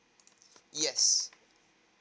yes